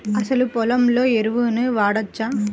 అసలు పొలంలో ఎరువులను వాడవచ్చా?